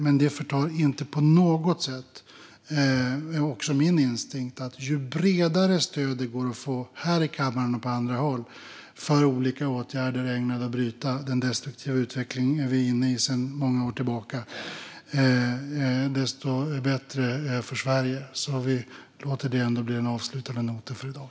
Men detta förtar inte på något sätt det som också min instinkt säger mig: Ju bredare stöd det går att få, här i kammaren och på andra håll, för olika åtgärder ägnade att bryta den destruktiva utveckling vi är inne i sedan många år tillbaka, desto bättre för Sverige. Vi låter detta bli den avslutande noten för i dag.